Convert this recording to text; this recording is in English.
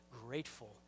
grateful